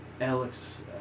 Alex